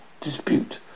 dispute